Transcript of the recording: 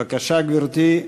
בבקשה, גברתי.